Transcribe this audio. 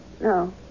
No